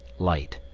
light.